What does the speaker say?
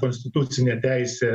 konstitucinė teisė